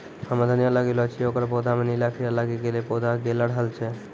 हम्मे धनिया लगैलो छियै ओकर पौधा मे नीला कीड़ा लागी गैलै पौधा गैलरहल छै?